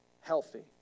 healthy